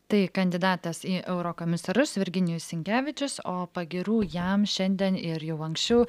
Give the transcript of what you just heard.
tai kandidatas į eurokomisarus virginijus sinkevičius o pagyrų jam šiandien ir jau anksčiau